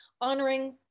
honoring